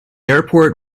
airport